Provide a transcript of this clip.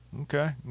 Okay